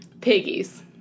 piggies